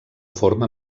forma